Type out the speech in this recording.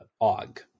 Og